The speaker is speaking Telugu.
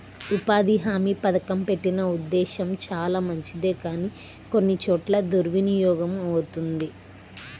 ఉపాధి హామీ పథకం పెట్టిన ఉద్దేశం చానా మంచిదే కానీ కొన్ని చోట్ల దుర్వినియోగమవుతుంది